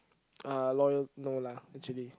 uh loyal no lah actually